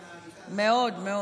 סומך עליכם, מאוד מאוד.